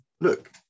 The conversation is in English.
look